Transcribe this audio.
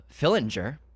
Fillinger